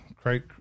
Craig